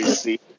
see